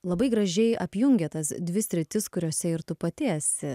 labai gražiai apjungia tas dvi sritis kuriose ir tu pati esi